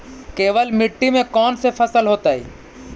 केवल मिट्टी में कौन से फसल होतै?